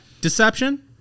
deception